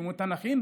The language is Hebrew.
שמות תנ"כיים,